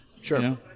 Sure